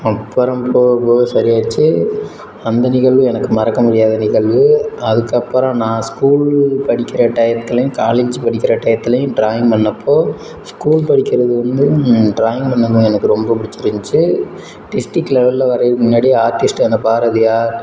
அப்புறம் போக போக சரியாகிடுச்சு அந்த நிகழ்வு எனக்கு மறக்க முடியாத நிகழ்வு அதுக்கு அப்புறம் நான் ஸ்கூல் படிக்கிற டைத்துலேயும் காலேஜ் படிக்கிற டைத்துலேயும் ட்ராயிங் பண்ணப்போது ஸ்கூல் படிக்கிறது வந்து ட்ராயிங் பண்ணுறது எனக்கு ரொம்ப பிடிச்சிருந்ச்சு டிஸ்ட்ரிக்ட் லெவலில் வரையும் முன்னாடியே ஆர்ட்டிஸ்ட் அந்த பாரதியார்